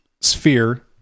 sphere